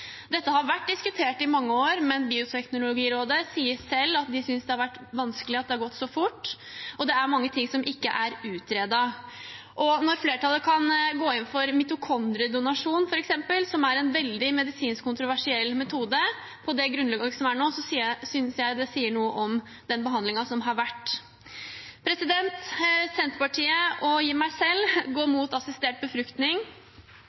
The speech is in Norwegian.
Dette har vært diskutert i mange år, men Bioteknologirådet sier selv at de synes det har vært vanskelig at det har gått så fort, og det er mange ting som ikke er utredet. Og når flertallet kan gå inn for f.eks. mitokondriedonasjon, som er en veldig kontroversiell medisinsk metode, på det grunnlaget som er nå, synes jeg det sier noe om den behandlingen som har vært. Senterpartiet, og jeg selv, går imot assistert befruktning.